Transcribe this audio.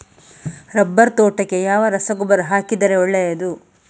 Rubber ತೋಟಕ್ಕೆ ಯಾವ ರಸಗೊಬ್ಬರ ಹಾಕಿದರೆ ಒಳ್ಳೆಯದು?